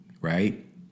right